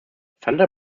sandra